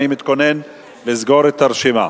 אני מתכונן לסגור את הרשימה.